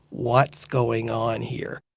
what's going on here?